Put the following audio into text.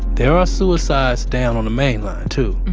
there are suicides down on the main line too.